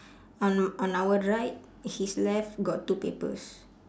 on on our right his left got two papers